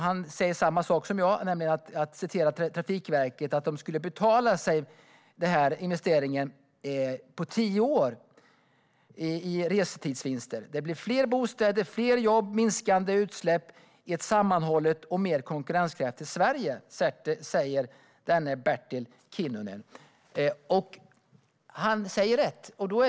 Han säger samma sak som jag, nämligen att Trafikverket menar att den här investeringen skulle betala sig på tio år i restidsvinster. "Det blir fler bostäder, fler jobb och minskade utsläpp i ett sammanhållet och mer konkurrenskraftigt Sverige", säger Bertil Kinnunen. Han har rätt.